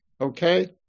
Okay